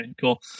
Cool